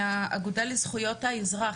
מהאגודה לזכויות האזרח,